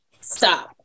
stop